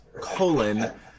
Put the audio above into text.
colon